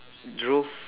drove